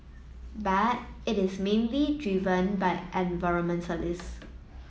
but it is mainly driven by environmentalists